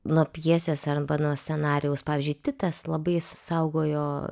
nuo pjesės arba nuo scenarijaus pavyzdžiui titas labai jis saugojo